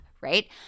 Right